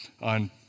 on